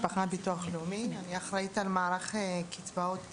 אני אחראית על מערך קצבאות